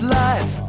life